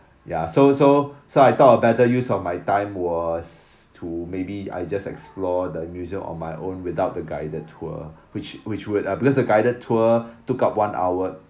ya so so so I thought I better use of my time was to maybe I just explore the museum on my own without the guided tour which which would uh because the guided tour took up one hour